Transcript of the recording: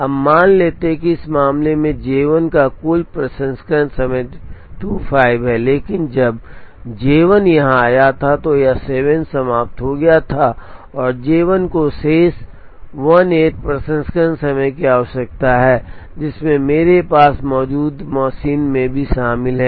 अब मान लेते हैं कि इस मामले में J 1 का कुल प्रसंस्करण समय 25 है लेकिन जब J 1 यहाँ आया है तो यह 7 समाप्त हो गया है और J 1 को शेष 18 प्रसंस्करण समय की आवश्यकता है जिसमें मेरे पास मौजूद मशीन भी शामिल है